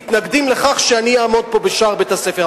מתנגדים לכך שאני אעמוד פה בשער בית-הספר?